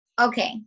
Okay